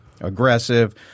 aggressive